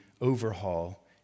overhaul